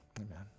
amen